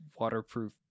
waterproof